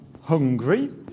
hungry